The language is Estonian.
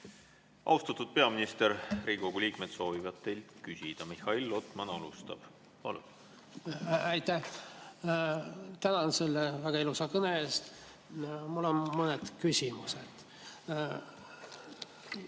Austatud peaminister! Riigikogu liikmed soovivad teilt küsida. Mihhail Lotman alustab. Palun! Aitäh! Tänan selle väga ilusa kõne eest! Mul on mõned küsimused.